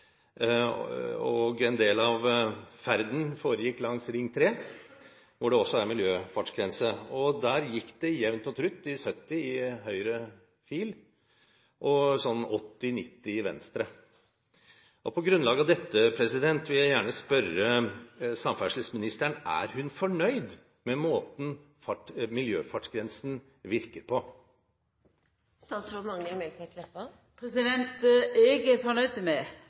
En del av ferden foregikk langs Ring 3, hvor det også er miljøfartsgrense. Der gikk det jevnt og trutt i 70 km/t i høyre fil og ca. 80–90 km/t i venstre fil. På grunnlag av dette vil jeg gjerne spørre: Er samferdselsministeren fornøyd med måten miljøfartsgrensen virker